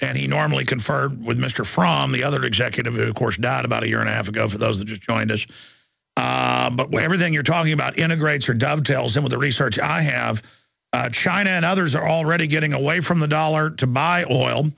and he normally conferred with mr from the other executive of course doubt about a year and a half ago for those that just joined us but with everything you're talking about integrates her dovetails in with the research i have china and others are already getting away from the dollar to buy oil